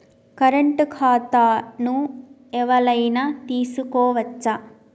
Current ఖాతాను ఎవలైనా తీసుకోవచ్చా?